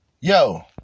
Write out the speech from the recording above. Yo